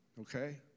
Okay